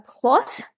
plot